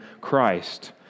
Christ